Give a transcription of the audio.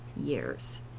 years